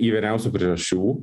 įvairiausių priežasčių